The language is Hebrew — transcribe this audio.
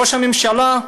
ראש הממשלה,